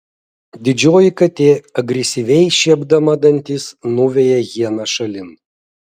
didžioji katė agresyviai šiepdama dantis nuveja hieną šalin